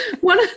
One